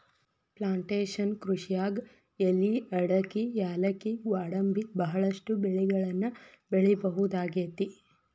plantation ಕೃಷಿಯಾಗ್ ಎಲಿ ಅಡಕಿ ಯಾಲಕ್ಕಿ ಗ್ವಾಡಂಬಿ ಬಹಳಷ್ಟು ಬೆಳಿಗಳನ್ನ ಬೆಳಿಬಹುದಾಗೇತಿ